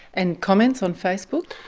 and comments on facebook?